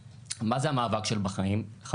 במידה שאתה ממשיך בחיים ואתה הולך לעבוד